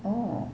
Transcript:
oh